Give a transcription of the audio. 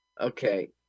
Okay